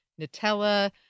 Nutella